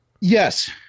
Yes